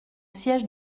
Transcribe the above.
siége